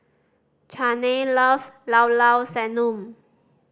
Zhane loves Llao Llao Sanum